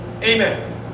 Amen